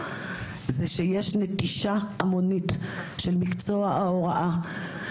שיש נטישה המונית של מקצוע ההוראה.